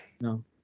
no